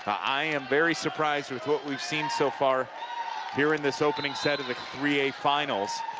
i am very surprised with what we've seen so far here in this opening set of the three a finals.